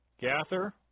Gather